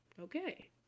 okay